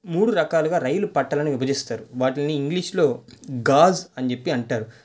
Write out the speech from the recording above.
మూడు రకాలుగా రైలు పట్టాలను విభజిస్తారు వాటిని ఇంగ్లీషులో గాజ్ అని చెప్పి అంటారు